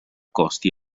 costi